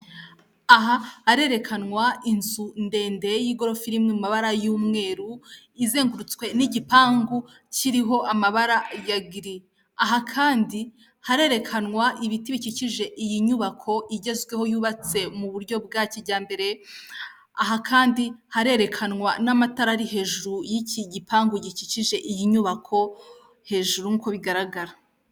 Aha harerekanwa inzu ndende y'igorofa iri mumabara y'umweru, izengurutswe n'igipangu kiriho amabara ya giri. Aha kandi harerekanwa ibiti bikikije iyi nyubako igezweho yubatse mu buryo bwa kijyambere, aha kandi harerekanwa n'amatara ari hejuru y'iki gipangu gikikije iyi nyubako hejuru nkuko bigaragara.